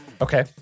Okay